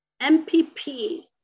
MPP